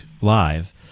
Live